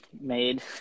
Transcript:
made